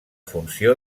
funció